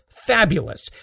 fabulous